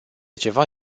ceva